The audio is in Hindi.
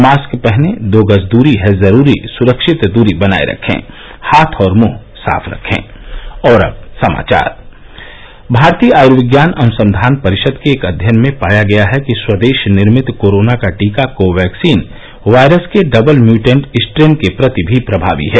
मास्क पहनें दो गज दूरी है जरूरी सुरक्षित दूरी बनाये रखें हाथ और मुंह साफ रखे भारतीय आयुर्विज्ञान अनुसंधान परिषद के एक अध्ययन में पाया गया है कि स्वदेश निर्मित कोरोना का टीका कोवैक्सीन वायरस के डबल म्यूटेंट स्ट्रेन के प्रति भी प्रमावी है